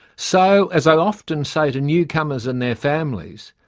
so, as i often say to newcomers, and their families,